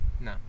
No